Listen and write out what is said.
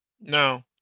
No